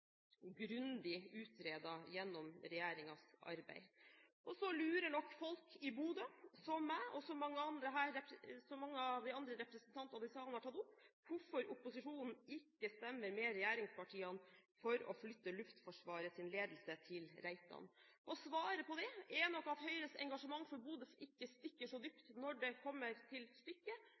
grundig utredet gjennom regjeringens arbeid. Så lurer nok folk i Bodø på, som meg og som mange av de andre representantene i salen har tatt opp, hvorfor opposisjonen ikke stemmer sammen med regjeringspartiene for å flytte Luftforsvarets ledelse til Reitan. Svaret på det er nok at Høyres engasjement for Bodø ikke stikker så dypt når det kommer til stykket